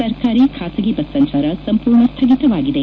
ಸರ್ಕಾರಿ ಖಾಸಗಿ ಬಸ್ ಸಂಚಾರ ಸಂಪೂರ್ಣ ಸ್ವಗಿತವಾಗಿದೆ